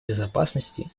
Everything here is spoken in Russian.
безопасности